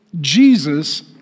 Jesus